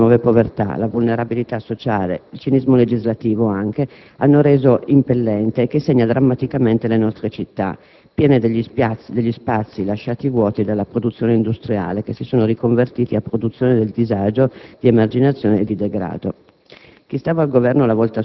che la precarietà del lavoro, le nuove povertà, la vulnerabilità sociale, il cinismo legislativo hanno reso impellente e che segnano drammaticamente le nostre città, piene degli spazi lasciati vuoti dalla produzione industriale, che si sono riconvertiti a produzione del disagio, di emarginazione e di degrado.